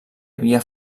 havia